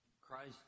Christ